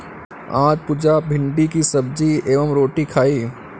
आज पुजा भिंडी की सब्जी एवं रोटी खाई